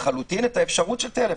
לחלוטין את האפשרות של טלפון.